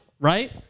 right